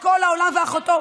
את כל העולם ואחותו,